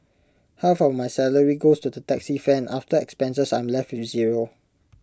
half of my salary goes to the taxi fare after expenses I'm left with zero